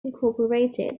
incorporated